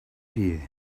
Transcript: here